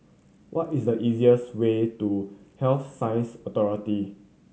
what is the easiest way to Health Science Authority